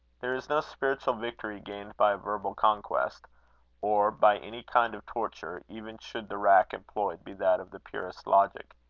there is no spiritual victory gained by a verbal conquest or by any kind of torture, even should the rack employed be that of the purest logic.